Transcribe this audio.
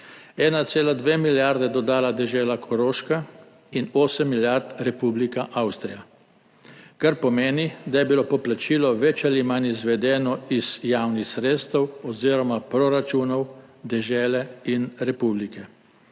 1,2 milijardi je dodala dežela Koroška in 8 milijard Republika Avstrija, kar pomeni, da je bilo poplačilo več ali manj izvedeno iz javnih sredstev oziroma proračunov dežele in republike.